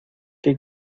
qué